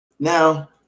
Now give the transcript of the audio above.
Now